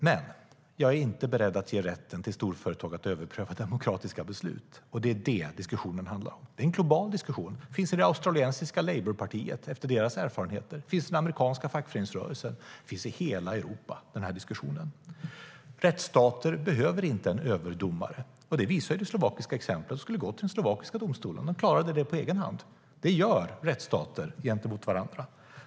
Men jag är inte beredd att ge rätten till storföretag att överpröva demokratiska beslut, och det är det diskussionen handlar om. Rättsstater behöver inte en överdomare. Det visade det slovakiska exemplet. De skulle ha gått till den slovakiska domstolen. De klarade det på egen hand. Det gör rättsstater gentemot varandra.